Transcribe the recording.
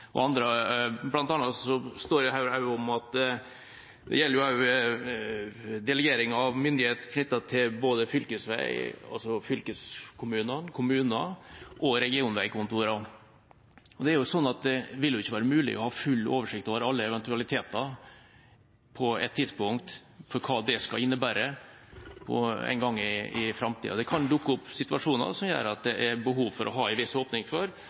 det også om delegering av «myndighet til fylkeskommunen, regionvegkontor og kommunen». Det vil ikke på ett tidspunkt være mulig å ha full oversikt over alle eventualiteter, over hva det vil innebære en gang i framtida. Det kan oppstå situasjoner som gjør at det er behov for å ha en viss åpning for